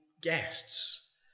guests